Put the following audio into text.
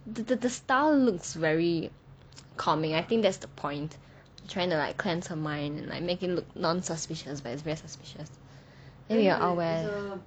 the the the style looks very calming I think that's the point trying to cleanse her mind like make it look non suspicions but it's very suspicious then we will all wear